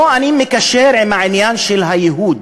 פה אני מתקשר עם העניין של הייהוד.